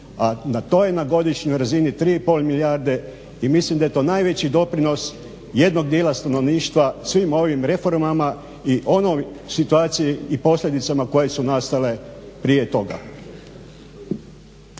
a to je na godišnjoj razini 3,5 milijarde i mislim da je to najveći doprinos jednog dijela stanovništva svim ovim reformama i onoj situaciji i posljedicama koje su nastale prije toga.